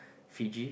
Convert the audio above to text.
Fiji